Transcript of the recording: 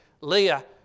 Leah